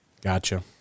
Gotcha